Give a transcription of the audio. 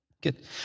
Good